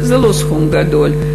זה לא סכום גדול,